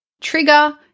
Trigger